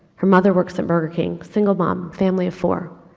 her mother works at burger king, single mom, family of four.